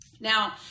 Now